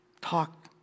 Talk